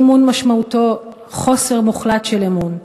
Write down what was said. אי-אמון משמעותו חוסר מוחלט של אמון,